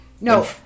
No